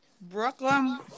Brooklyn